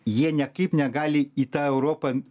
jie niekaip negali į tą europą